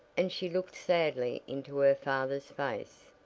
and she looked sadly into her father's face.